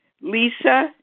Lisa